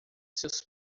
seus